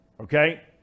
Okay